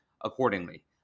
accordingly